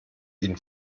ihn